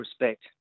respect